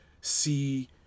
see